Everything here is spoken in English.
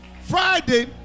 Friday